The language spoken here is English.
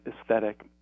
aesthetic